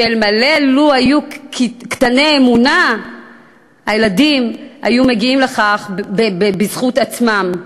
שאלמלא היו קטני אמונה הילדים היו מגיעים לכך בזכות עצמם,